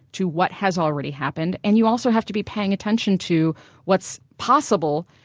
to what has already happened, and you also have to be paying attention to what's possible,